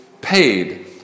paid